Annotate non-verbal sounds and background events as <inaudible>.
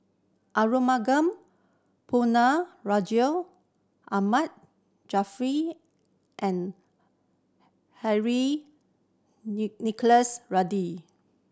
Arumugam Ponnu Rajah Ahmad Jaafar and Henry <unintelligible> Nicholas Ridley